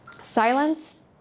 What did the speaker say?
silence